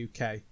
UK